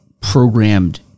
programmed